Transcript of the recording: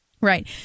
Right